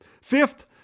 Fifth